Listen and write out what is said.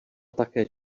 také